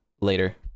later